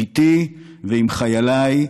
איתי ועם חייליי,